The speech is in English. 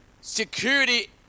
Security